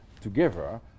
together